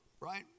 right